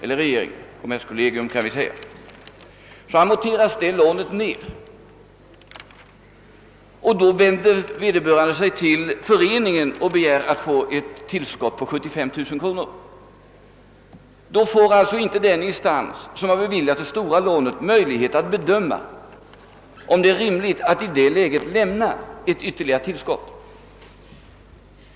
Det lånet amorteras ned, men så vänder sig vederbörande till föreningen med begäran om ett tillskott på 75 000 kronor. Då får inte den instans som beviljat det stora lånet, dvs. kommerskollegium, möjlighet att bedöma om det är rimligt att i det läget lämna ett ytterligare tillskott.